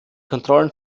kontrollen